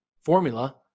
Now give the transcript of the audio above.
formula